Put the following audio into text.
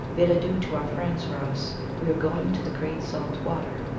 bid adieu to our friends for us we are going to the great salt water.